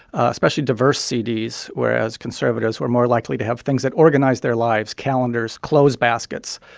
especially diverse cds, whereas conservatives were more likely to have things that organized their lives calendars, clothes baskets.